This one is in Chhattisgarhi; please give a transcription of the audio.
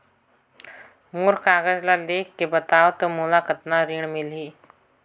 मोर कागज ला देखके बताव तो मोला कतना ऋण मिलही?